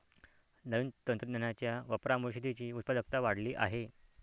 नवीन तंत्रज्ञानाच्या वापरामुळे शेतीची उत्पादकता वाढली आहे